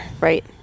right